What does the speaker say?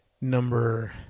number